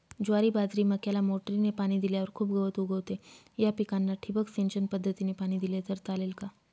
ज्वारी, बाजरी, मक्याला मोटरीने पाणी दिल्यावर खूप गवत उगवते, या पिकांना ठिबक सिंचन पद्धतीने पाणी दिले तर चालेल का?